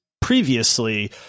previously